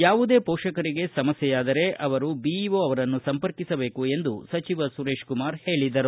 ಯಾವುದೇ ಪೋಷಕರಿಗೆ ಸಮಸ್ಥೆ ಆದರೆ ಅವರು ಬಿಇಒ ಅವರನ್ನು ಸಂಪರ್ಕಿಸಬೇಕು ಎಂದು ಸಚಿವ ಸುರೇಶಕುಮಾರ ಹೇಳಿದರು